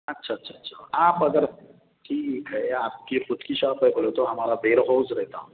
اچھا اچھا اچھا آپ اگر ٹھیک ہے آپ کی خود کی شاپ ہے بولے تو ہمارا ویر ہاؤز رہتا